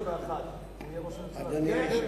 היושבת-ראש,